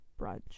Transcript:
brunch